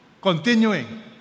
continuing